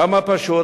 כמה פשוט.